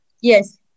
Yes